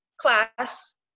class